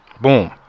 boom